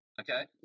okay